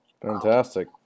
fantastic